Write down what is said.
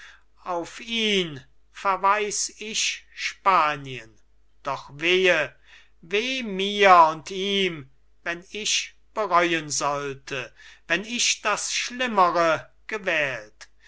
auf ihn verweis ich spanien es blute bis dahin unter philipps hand doch weh weh mir und ihm wenn ich bereuen sollte vielleicht das schlimmere gewählt